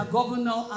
Governor